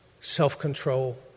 self-control